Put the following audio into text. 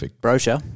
brochure